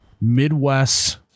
Midwest